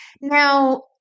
Now